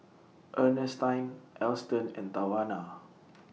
Earnestine Alston and Tawanna